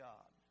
God